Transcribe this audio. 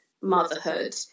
motherhood